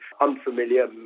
unfamiliar